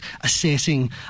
assessing